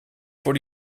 voor